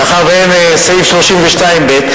מאחר שאין סעיף 32ה(ב),